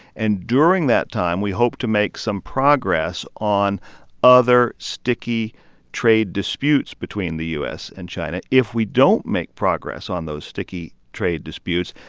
and during that time, we hope to make some progress on other sticky trade disputes between the u s. and china. if we don't make progress on those sticky trade disputes,